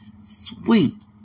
Sweet